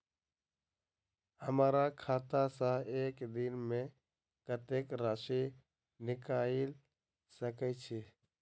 हमरा खाता सऽ एक दिन मे कतेक राशि निकाइल सकै छी